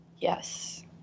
Yes